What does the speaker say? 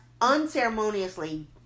unceremoniously